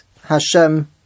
Hashem